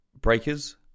Breakers